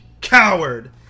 coward